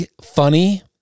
funny